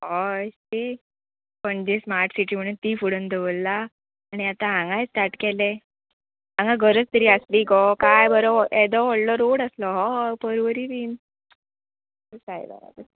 हय शी Panaji smart city म्हणून ती फुडोन दवरला आणी आतां हांगांय स्टाट केले हांगा गरज तरी आसली गो काय बरो येदो व्हडलो रोड आसलो हय परवरी बीन शी सायबा म्हाज्या